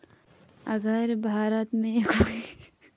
अगर भारत में कोई पैसे को लेकर विवाद होता है तो वित्त मंत्रालय निपटाता है